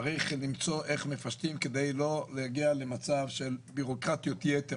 צריך למצוא איך מפשטים כדי לא להגיע למצב של בירוקרטיות יתר.